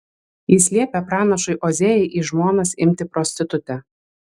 jis liepia pranašui ozėjui į žmonas imti prostitutę